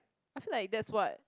I feel like that's what